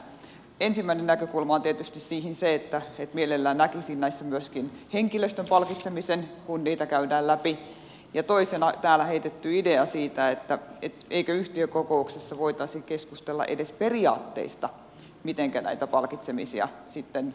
ensimmäinen näkökulma siihen on tietysti se että mielellään näkisin näissä myöskin henkilöstön palkitsemisen kun niitä käydään läpi ja toisena täällä heitetty idea siitä eikö yhtiökokouksessa voitaisi keskustella edes periaatteista miten näitä palkitsemisia sitten tulevaisuudessa tullaan käyttämään